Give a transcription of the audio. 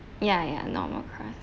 ya ya normal crust